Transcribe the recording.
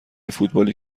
فوتبالی